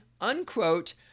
unquote